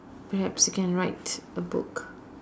perhaps you can write a book